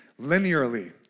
linearly